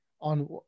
on